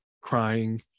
crying